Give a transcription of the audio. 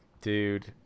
dude